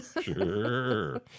Sure